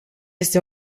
este